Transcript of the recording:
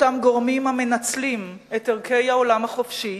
אותם גורמים המנצלים את ערכי העולם החופשי,